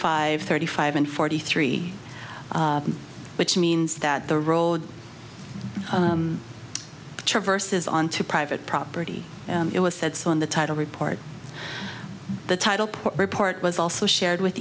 five thirty five and forty three which means that the road traverses onto private property it was said so in the title report the title part report was also shared with